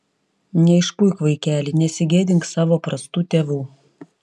neišpuik vaikeli nesigėdink savo prastų tėvų